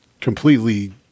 completely